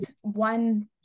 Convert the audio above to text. one